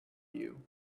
you